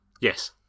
Yes